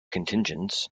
contingents